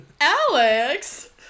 Alex